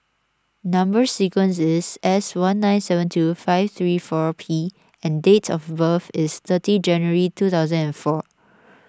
Number Sequence is S one nine seven two five three four P and date of birth is thirty January two thousand and four